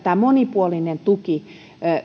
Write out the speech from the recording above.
tämä monipuolinen tuki